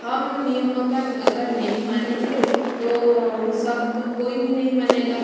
हम नियमों का अगर नहीं मानेंगे तो सब कोई भी नहीं मानेगा